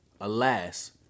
Alas